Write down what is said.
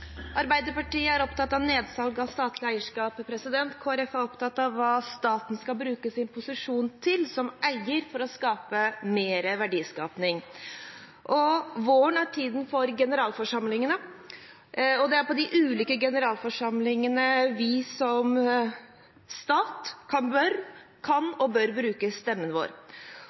opptatt av nedsalg av statlig eide selskap. Kristelig Folkeparti er opptatt av hva staten skal bruke sin posisjon til som eier for å skape mer verdiskaping. Våren er tiden for generalforsamlingene. Det er på de ulike generalforsamlingene vi som stat kan og bør bruke stemmen vår.